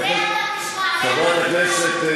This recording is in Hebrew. חברת הכנסת,